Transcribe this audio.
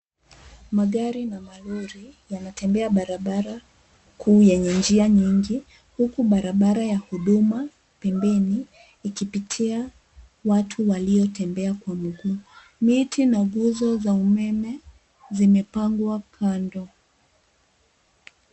Magari na malori yanatembea barabara kuu yenye njia nyingi, huku barabara ya huduma pembeni ikipitia watu waliotembea kwa miguu. Miti na nguzo za umeme zimepangwa kando.